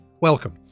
Welcome